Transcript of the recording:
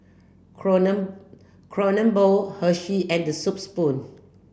Kronen Kronenbourg Hershey and The Soup Spoon